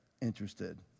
interested